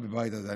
בבית הזה,